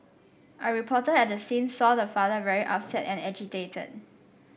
a reporter at the scene saw the father very upset and agitated